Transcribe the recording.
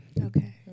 Okay